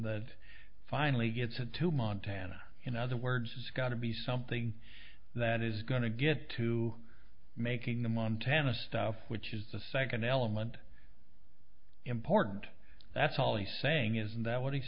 that finally gets to montana in other words it's got to be something that is going to get to making the montana stuff which is the second element important that's all he's saying is that w